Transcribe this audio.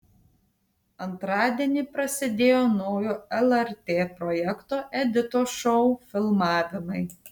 antradienį prasidėjo naujo lrt projekto editos šou filmavimai